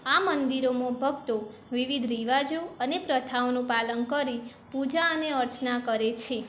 આ મંદિરોમાં ભક્તો વિવિધ રિવાજો અને પ્રથાઓનું પાલન કરી પૂજા અને અર્ચના કરે છે